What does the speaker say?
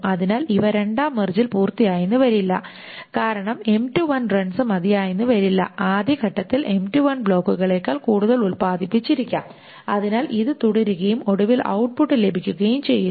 അതിനാൽ ഇവ രണ്ടാം മെർജിൽ പൂർത്തിയായെന്നു വരില്ല കാരണം റൺസ് മതിയായെന്നു വരില്ല ആദ്യ ഘട്ടത്തിൽ ബ്ലോക്കുകളേക്കാൾ കൂടുതൽ ഉല്പാദിപ്പിച്ചിരിക്കാം അതിനാൽ ഇത് തുടരുകയും ഒടുവിൽ ഔട്ട്പുട്ട് ലഭിക്കുകയും ചെയ്യുന്നു